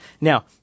Now